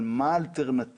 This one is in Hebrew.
אבל מה האלטרנטיבה?